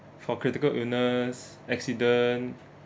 for critical illness accident